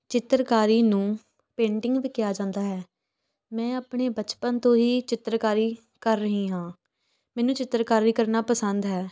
ਚਿੱਤਰਕਾਰੀ ਨੂੰ ਪੇਂਟਿੰਗ ਵੀ ਕਿਹਾ ਜਾਂਦਾ ਹੈ ਮੈਂ ਆਪਣੇ ਬਚਪਨ ਤੋਂ ਹੀ ਚਿੱਤਰਕਾਰੀ ਕਰ ਰਹੀ ਹਾਂ ਮੈਨੂੰ ਚਿੱਤਰਕਾਰੀ ਕਰਨਾ ਪਸੰਦ ਹੈ